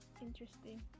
Interesting